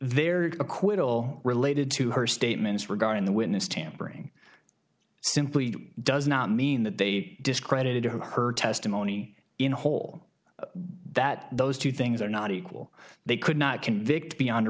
acquittal related to her statements regarding the witness tampering simply does not mean that they discredited her testimony in a whole that those two things are not equal they could not convict beyond a